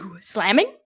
slamming